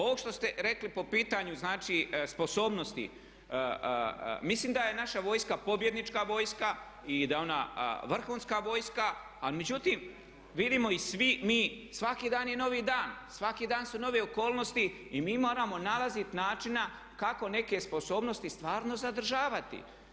Ovo što ste rekli po pitanju znači sposobnosti, mislim da je naša vojska pobjednička vojska i da je ona vrhunska vojska, ali međutim vidimo i svi mi svaki dan je novi dan, svaki dan su nove okolnosti i mi moramo nalazit načina kako neke sposobnosti stvarno zadržavati.